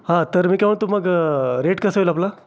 हा तर मी काय म्हणतो मग रेट कसं होईल आपलं